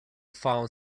found